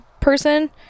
person